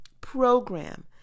program